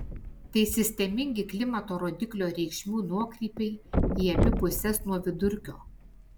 tai sistemingi klimato rodiklio reikšmių nuokrypiai į abi puses nuo vidurkio